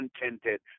contented